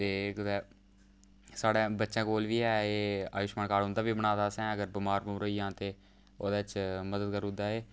ते कुदै साढ़ै बच्चें कोल बी ऐ एह् आयुशमान कार्ड उं'दा बी बनाए दा असें अगर बमार बमुर होई जान ते ओह्दे च मदद करी उड़दा एह्